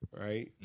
right